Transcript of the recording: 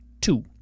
two